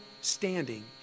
standing